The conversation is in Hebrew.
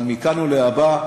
אבל מכאן ולהבא,